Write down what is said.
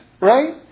right